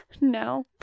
No